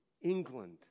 England